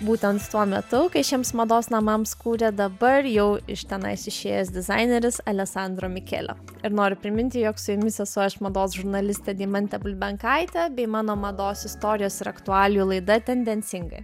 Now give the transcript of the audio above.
būtent tuo metu kai šiems mados namams kūrė dabar jau iš tenais išėjęs dizaineris aleksandro mikelio ir noriu priminti jog su jumis esu aš mados žurnalistė deimantė bulbenkaitė bei mano mados istorijos ir aktualijų laida tendencingai